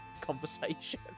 conversation